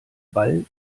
ball